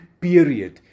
period